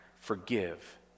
forgive